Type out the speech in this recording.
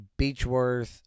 Beechworth